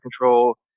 control